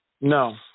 No